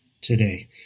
today